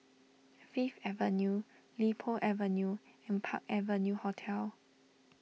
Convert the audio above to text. Fifth Avenue Li Po Avenue and Park Avenue Hotel